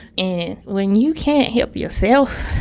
and when you can't help yourself,